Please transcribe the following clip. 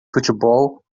futebol